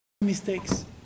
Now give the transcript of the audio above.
mistakes